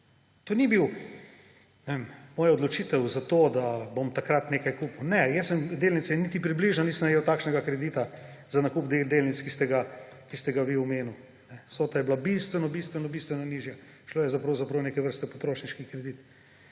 To ni bila moja odločitev za to, da bom takrat nekaj kupil. Ne, jaz niti približno nisem najel takšnega kredita za nakup delnic, ki ste ga vi omenili. Vsota je bila bistveno, bistveno, bistveno nižja, šlo je za pravzaprav neke vrste potrošniški kredit.